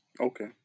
okay